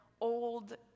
old